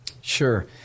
Sure